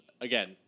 again